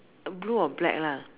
blue or black lah